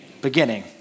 Beginning